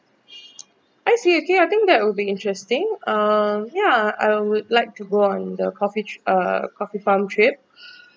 I see okay I think that would be interesting um ya I would like to go on the coffee uh coffee farm trip